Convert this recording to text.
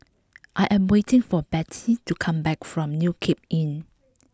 I am waiting for Bette to come back from New Cape Inn